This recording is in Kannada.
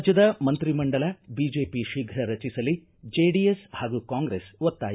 ರಾಜ್ಯದ ಮಂತ್ರಿ ಮಂಡಲ ಬಿಜೆಪಿ ಶೀಘ್ರ ರಚಿಸಲಿ ಜೆಡಿಎಸ್ ಹಾಗೂ ಕಾಂಗ್ರೆಸ್ ಒತ್ತಾಯ